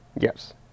yes